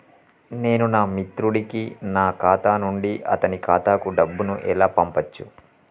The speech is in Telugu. నేను నా మిత్రుడి కి నా ఖాతా నుండి అతని ఖాతా కు డబ్బు ను ఎలా పంపచ్చు?